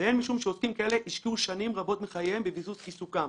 והן משום שעוסקים כאלה השקיעו שנים רבות מחייהם בביסוס עיסוקם.